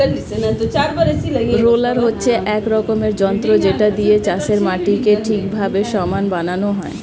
roller হচ্ছে এক রকমের যন্ত্র যেটা দিয়ে চাষের মাটিকে ঠিকভাবে সমান বানানো হয়